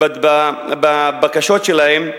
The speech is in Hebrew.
בבקשות שלהן,